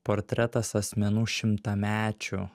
portretas asmenų šimtamečių